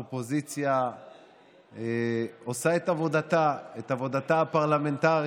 אדוני היושב-ראש, כנסת נכבדה, כפי שהבטחתי,